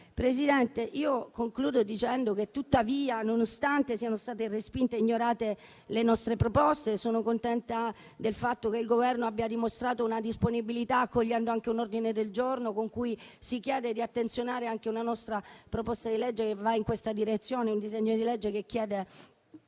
Presidente, concludo dicendo che tuttavia, nonostante siano state respinte e ignorate le nostre proposte, sono contenta del fatto che il Governo abbia dimostrato una disponibilità accogliendo un ordine del giorno con cui si chiede di attenzionare una nostra proposta di legge che va in questa direzione, un disegno di legge che chiede